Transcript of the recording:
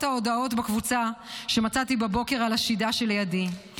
ההודעות בקבוצה שמצאתי בבוקר על השידה שלידי.